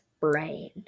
brain